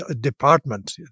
department